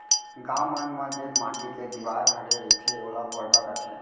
गॉंव मन म जेन माटी के दिवार खड़े रईथे ओला परदा कथें